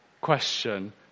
question